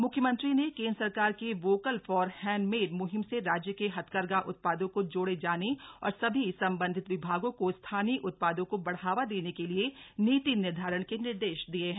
म्ख्यमंत्री ने केंद्र सरकार के वोकल फॉर हैंडमेड म्हिम से राज्य के हथकरघा उत्पादों को जोड़े जाने और सभी संबंधित विभागों को स्थानीय उत्पादों को बढ़ावा देने के लिए नीति निर्धारण के निर्देश दिये हैं